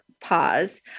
pause